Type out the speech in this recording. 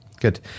Good